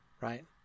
Right